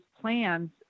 plans